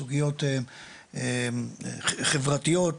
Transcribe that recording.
סוגיות חברתיות,